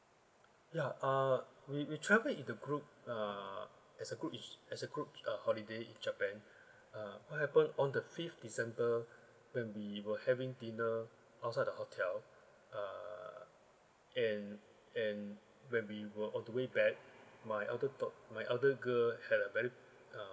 ya uh we we travel in the group uh as a group as a group uh holiday in japan uh what happened on the fifth december when we were having dinner outside the hotel uh and and when we were on the way back my elder daugh~ my elder girl had a very uh